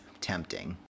Tempting